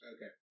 Okay